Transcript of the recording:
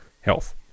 health